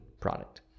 product